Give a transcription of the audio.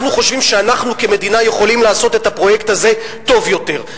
אנחנו חושבים שאנחנו כמדינה יכולים לעשות את הפרויקט הזה טוב יותר.